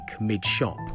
mid-shop